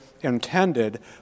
intended